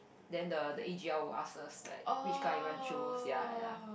then the the a_g_l will ask us like which guy you want choose ya ya